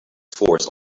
force